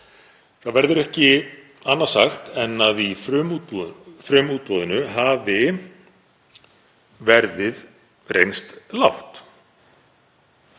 Það verður ekki annað sagt en að í frumútboðinu hafi verðið reynst lágt.